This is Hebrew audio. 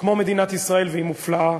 כמו מדינת ישראל, והיא מופלאה.